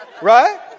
Right